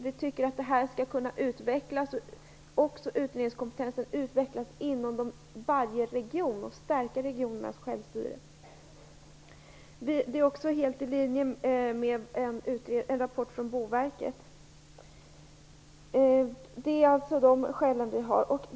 Vi tycker att det är centralism, och vi tycker att utredningskompetensen skall kunna utvecklas inom varje region och stärka regionernas självstyre. Det är också helt i linje med en rapport från Boverket. Detta är våra skäl.